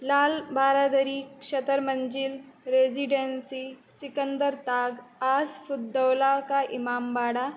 Lal Baradari Chhattar Manzil Residency Sikandar ताग् आस्फ़ुद्दोलाका इमाम्बाडा